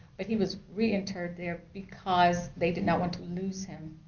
but he was reinterred there because they did not want to lose him.